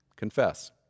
Confess